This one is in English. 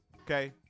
Okay